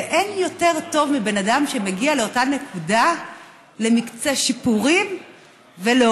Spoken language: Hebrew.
אין יותר טוב מבן אדם שמגיע לאותה נקודה למקצה שיפורים להוביל,